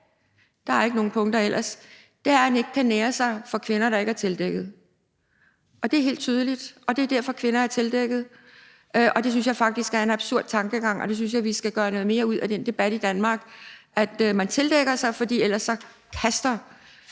er der ingen punkter – er, ved at han ikke kan nære sig for kvinder, der ikke er tildækket. Det er helt tydeligt, og det er derfor, at kvinder er tildækket. Det synes jeg faktisk er en absurd tankegang, og jeg synes, at vi skal gøre noget mere ud af den debat i Danmark: at kvinder tildækker sig, fordi ellers kaster